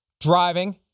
driving